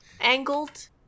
angled